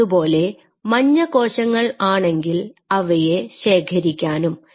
അതുപോലെ മഞ്ഞ കോശങ്ങൾ ആണെങ്കിൽ അവയെ ശേഖരിക്കാനും